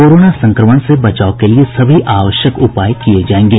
corona संक्रमण से बचाव के लिए सभी आवश्यक उपाय किये जायेंगे